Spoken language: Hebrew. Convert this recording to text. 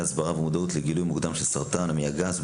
ההסברה והמודעות לגילוי מוקדם של סרטן המעי הגס,